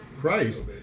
Christ